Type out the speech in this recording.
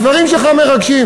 הדברים שלך מרגשים.